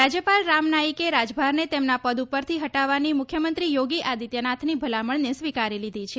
રાજયપાલ રામ નાઇકે રાજભારને તેમના પદ ઉપરથી હટાવવાની મુખ્યમંત્રી યોગી આદિત્યનાથની ભલામણને સ્વીકારી લીધી છે